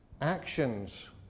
actions